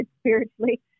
spiritually